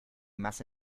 masse